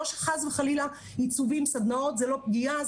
לא שחס וחלילה שעיצומים לא פוגעות בסדנאות זו כן פגיעה,